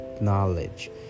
knowledge